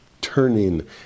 turning